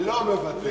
לא מוותר.